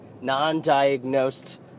non-diagnosed